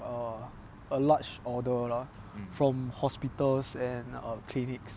a a large order lah from hospitals and err clinics